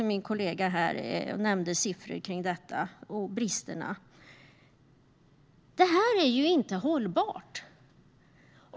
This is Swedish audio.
Min kollega nämnde siffror i anslutning till detta och bristerna med det hela. Detta är inte hållbart!